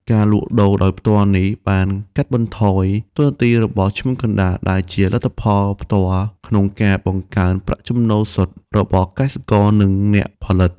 ការលក់ដូរដោយផ្ទាល់នេះបាន កាត់បន្ថយតួនាទីរបស់ឈ្មួញកណ្ដាល ដែលជាលទ្ធផលផ្ទាល់ក្នុងការ បង្កើនប្រាក់ចំណូលសុទ្ធ របស់កសិករ និងអ្នកផលិត។